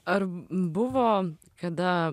ar buvo kada